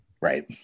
Right